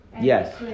Yes